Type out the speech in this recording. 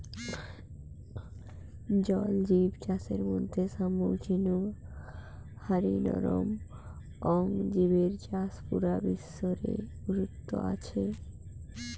জল জিব চাষের মধ্যে শামুক ঝিনুক হারি নরম অং জিবের চাষ পুরা বিশ্ব রে গুরুত্ব আছে